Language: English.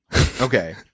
Okay